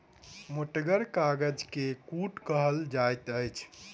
मोटगर कागज के कूट कहल जाइत अछि